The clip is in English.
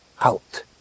out